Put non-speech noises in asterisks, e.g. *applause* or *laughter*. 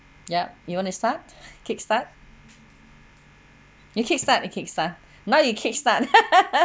yup you want to start kickstart you kickstart you kickstart now you kickstart *laughs*